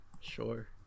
sure